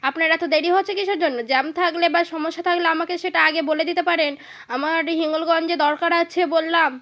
আপনার এত দেরি হচ্ছে কীসের জন্য জ্যাম থাকলে বা সমস্যা থাকলে আমাকে সেটা আগে বলে দিতে পারেন আমার হিঙ্গলগঞ্জে দরকার আছে বললাম